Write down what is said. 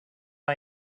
han